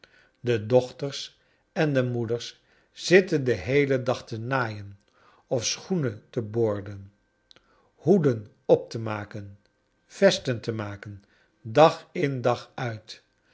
de dochters en de moeders zitten den heelen dag te naaien of schoenen te boorden hoeden op te maken vesten te maken dag in dag uit